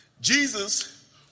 Jesus